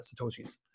Satoshis